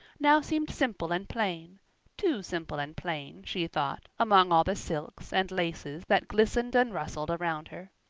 now seemed simple and plain too simple and plain, she thought, among all the silks and laces that glistened and rustled around her.